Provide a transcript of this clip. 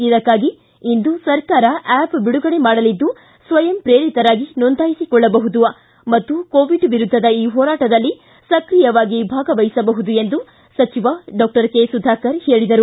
ಇದಕ್ಕಾಗಿ ಇಂದು ಸರ್ಕಾರ ಆಪ್ ಬಿಡುಗಡೆ ಮಾಡಲಿದ್ದು ಸ್ವಯಂ ಪ್ರೇರಿತರಾಗಿ ನೋಂದಾಯಿಸಿಕೊಳ್ಳಬಹುದು ಮತ್ತು ಕೋವಿಡ್ ವಿರುದ್ಗದ ಈ ಹೋರಾಟದಲ್ಲಿ ಸ್ಕ್ರಿಯರಾಗಿ ಭಾಗವಹಿಸಬಹುದು ಎಂದು ಹೇಳಿದರು